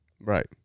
right